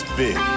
big